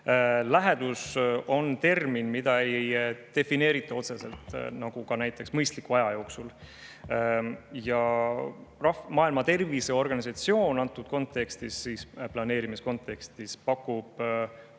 Lähedus on termin, mida ei defineerita otseselt, nagu ka näiteks "mõistlik aeg". Maailma Terviseorganisatsioon antud kontekstis, planeerimiskontekstis pakub,